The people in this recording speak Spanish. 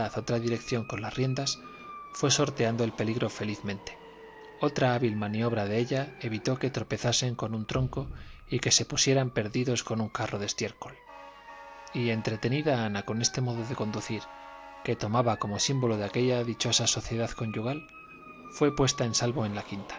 otra direceién con las riendas fué sorteado el peligro felizmente otra hábil maniobra de ella evitó que tropezasen con un tronco y que se pusieran perdidos con un carro de estiércol y entretenida ana con este modo de conducir que tomaba como símbolo de aquella dichosa sociedad conyugal fué puesta en salvo en la